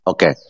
Okay